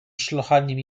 szlochaniem